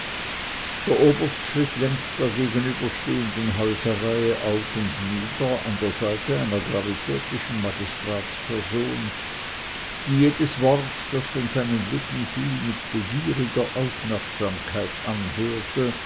der oberst schritt längs der gegenüberstehenden häuserreihe auf und nieder an der seite einer gravitätischen magistratsperson die jedes wort das von seinen lippen fiel mit begieriger aufmerksamkeit anhörte